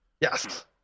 yes